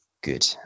Good